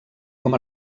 com